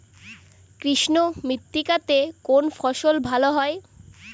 কৃষ্ণ মৃত্তিকা তে কোন ফসল ভালো হয়?